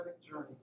Journey